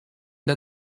der